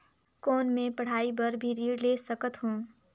कौन मै पढ़ाई बर भी ऋण ले सकत हो?